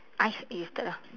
I eh you start ah